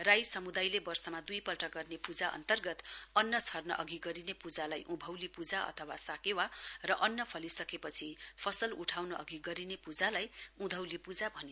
राई समुदायले वर्षमा दुईपल्ट गर्ने पूजी अन्तर्गत अन्न छर्न अघि गरिने पूजालाई उभौंली पूजा अथवा साकेवा पूजा र अन्न फलिसकेपछि फसल उठाउन अधि गरिने पूजालाऐई उधौंली पूजा भनिन्छ